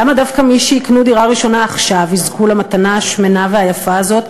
למה דווקא מי שיקנו דירה ראשונה עכשיו יזכו למתנה השמנה והיפה הזאת,